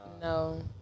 No